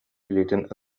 илиитин